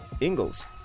Ingles